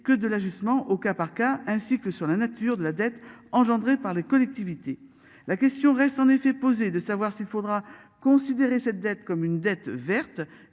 que de l'justement au cas par cas, ainsi que sur la nature de la dette engendrée par les collectivités. La question reste en effet posée de savoir s'il faudra considérer cette dette comme une dette verte